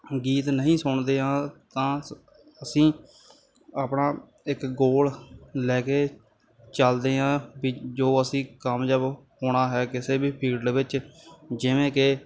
ਗੀਤ ਨਹੀਂ ਸੁਣਦੇ ਹਾਂ ਤਾਂ ਸ ਅਸੀਂ ਆਪਣਾ ਇੱਕ ਗੋਲ ਲੈ ਕੇ ਚਲਦੇ ਹਾਂ ਵੀ ਜੋ ਅਸੀਂ ਕਾਮਯਾਬ ਹੋਣਾ ਹੈ ਕਿਸੇ ਵੀ ਫੀਲਡ ਵਿੱਚ ਜਿਵੇਂ ਕਿ